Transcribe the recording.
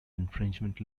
infringement